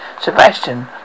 Sebastian